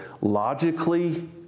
Logically